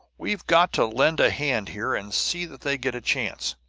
we've got to lend a hand, here, and see that they get a chance!